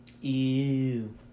Ew